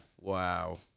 Wow